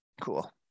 cool